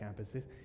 campuses